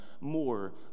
more